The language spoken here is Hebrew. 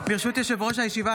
ברשות יושב-ראש הישיבה,